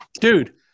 dude